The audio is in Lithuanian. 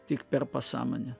tik per pasąmonę